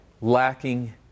lacking